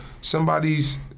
somebody's